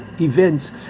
events